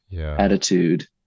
attitude